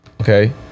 Okay